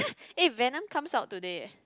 eh Venom comes out today